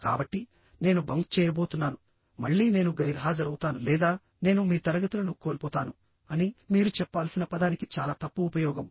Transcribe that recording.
కాబట్టి నేను బంక్ చేయబోతున్నాను మళ్ళీ నేను గైర్హాజరౌతాను లేదా నేను మీ తరగతులను కోల్పోతాను అని మీరు చెప్పాల్సిన పదానికి చాలా తప్పు ఉపయోగం